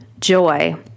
Joy